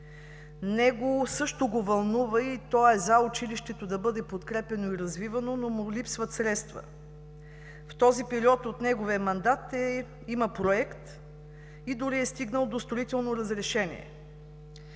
Той се вълнува и е за това училището да бъде подкрепяно и развивано, но му липсват средства. В този период от неговия мандат има проект и дори е стигнал до строително разрешение.